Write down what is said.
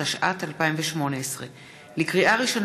התשע"ט 2018. לקריאה ראשונה,